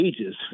ages